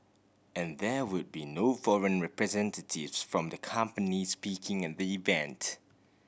and there would be no foreign representatives from the companies speaking at the event